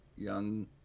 Young